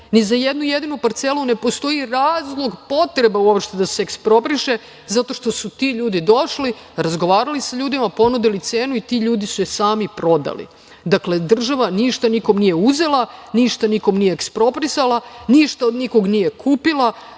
Ni za jednu jedinu parcelu ne postoji razlog, potreba uopšte da se ekspropriše, zato što su ti ljudi došli, razgovarali sa ljudima, ponudili cenu i ti ljudi su je sami prodali. Država nikom ništa nije uzela, ništa nikom nije eksproprisala, ništa od nikog nije kupila.